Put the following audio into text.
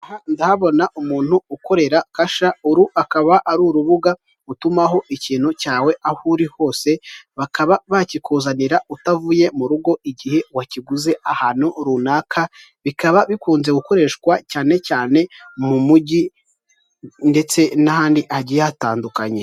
Ndahabona umuntu ukorera Kasha uru akaba ari urubuga utumaho ikintu cyawe aho uri hoseba bakikuzanira utavuye mu rugo igihe wakiguze ahantu runaka, bikaba bikunze gukoreshwa cyane cyane mu mujyi ndetse n'ahandi hagiye hatandukanye.